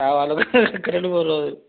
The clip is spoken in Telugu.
రావాలి ఒక రెండు మూడు రోజులు